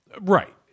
Right